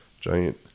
giant